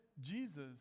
Jesus